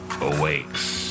awakes